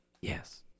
Yes